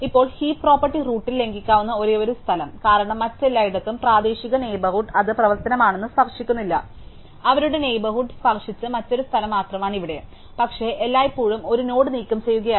ഇപ്പോൾ heap property റൂട്ടിൽ ലംഘിക്കാവുന്ന ഒരേയൊരു സ്ഥലം കാരണം മറ്റെല്ലായിടത്തും പ്രാദേശിക നെയ്ബർഹുഡ് അത് പ്രവർത്തനമാണെന്ന് സ്പർശിക്കുന്നില്ല അവരുടെ നെയ്ബർഹുഡ് സ്പർശിച്ച മറ്റൊരു സ്ഥലം മാത്രമാണ് ഇവിടെ പക്ഷേ എല്ലായ്പ്പോഴും ഒരു നോഡ് നീക്കം ചെയ്യുകയായിരുന്നു